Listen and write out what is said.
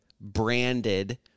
branded-